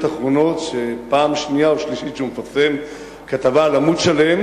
אחרונות" שפעם שנייה או שלישית שהוא מפרסם כתבה על עמוד שלם,